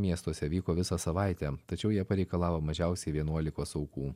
miestuose vyko visą savaitę tačiau jie pareikalavo mažiausiai vienuolikos aukų